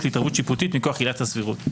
להתערבות שיפוטית מכוח עילת הסבירות.